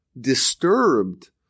disturbed